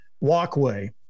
walkway